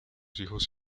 hijos